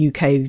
uk